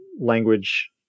language